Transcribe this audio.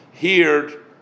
heard